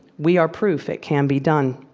we are proof it can be done.